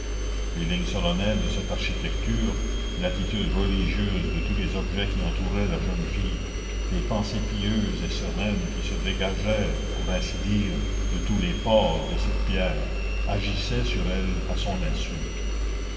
les lignes solennelles de cette architecture l'attitude religieuse de tous les objets qui entouraient la jeune fille les pensées pieuses et sereines qui se dégageaient pour ainsi dire de tous les pores de cette pierre agissaient sur elle à son insu